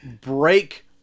break